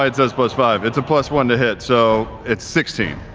um says plus five. it's a plus one to hit, so it's sixteen.